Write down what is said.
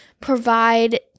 provide